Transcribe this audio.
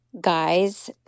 guys